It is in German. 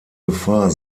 gefahr